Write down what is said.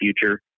future